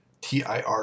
TIR